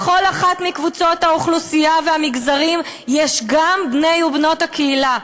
בכל האוכלוסיות והמגזרים יש גם בנות ובני הקהילה,